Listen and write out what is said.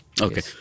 Okay